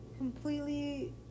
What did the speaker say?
Completely